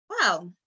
wow